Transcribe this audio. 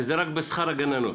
וזה רק בשכר הגננות.